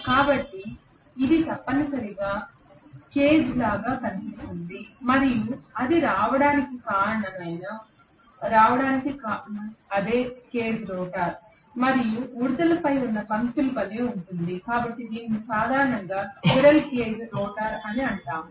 కాబట్టి ఇది తప్పనిసరిగా పంజరం లా కనిపిస్తుంది మరియు అది రావడానికి కారణం అదే పేరు కేజ్ రోటర్ మరియు ఇది ఉడుతలపై ఉన్న పంక్తుల వలె ఉంటుంది కాబట్టి కనుక దీనిని సాధారణంగా స్క్విరెల్ కేజ్ రోటర్ అంటారు